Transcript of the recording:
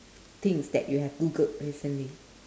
things that you have googled recently